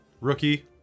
Rookie